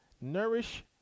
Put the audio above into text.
Nourish